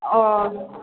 ও